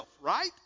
right